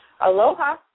Aloha